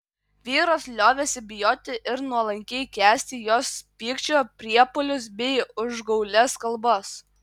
vyras liovėsi bijoti ir nuolankiai kęsti jos pykčio priepuolius bei užgaulias kalbas